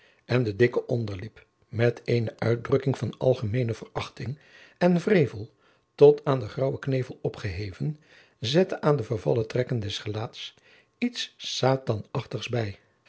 en de dikke onderlip met eene uitdrukking van algemeene verachting en wrevel tot aan den graauwen knevel opgeheven zette aan de vervallen trekken des gelaats iets satanächtigs bij